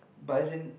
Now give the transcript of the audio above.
but as in